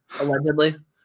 allegedly